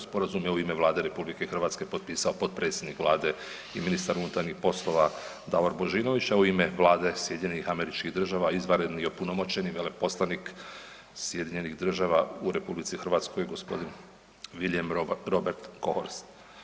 Sporazum je u ime Vlade RH potpisao potpredsjednik vlade i ministar unutarnjih poslova Davor Božinović, a u ime Vlade SAD-a izvanredni i opunomoćeni veleposlanik SAD u RH g. William Robert Kohorst.